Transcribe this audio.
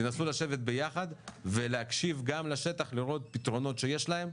תנסו לשבת ביחד ולהקשיב גם לשטח לראות פתרונות שיש להם,